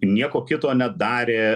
nieko kito nedarė